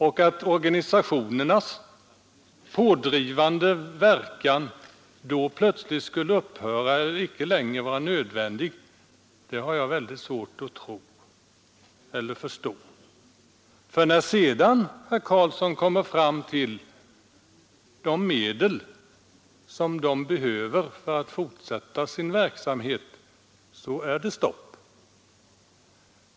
Och att organisationernas pådrivande verkan då plötsligt skulle kunna upphöra eller inte längre var nödvändig har jag väldigt svårt att förstå. När nämligen Göran Karlsson sedan kommer fram till vilka medel handikapporganisationerna nu behöver för att fortsätta sin verksamhet är det stopp.